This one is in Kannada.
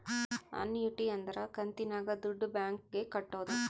ಅನ್ನೂಯಿಟಿ ಅಂದ್ರ ಕಂತಿನಾಗ ದುಡ್ಡು ಬ್ಯಾಂಕ್ ಗೆ ಕಟ್ಟೋದು